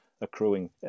accruing